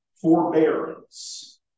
Forbearance